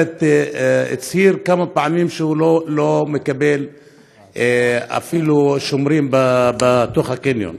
כמה פעמים שהוא לא מקבל אפילו שומרים בתוך הקניון.